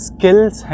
Skills